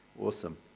Awesome